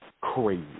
crazy